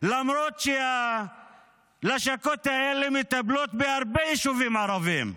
למרות שהלשכות האלה מטפלות בהרבה יישובים ערביים.